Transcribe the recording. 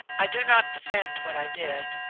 i do not defend what i did.